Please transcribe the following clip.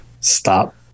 Stop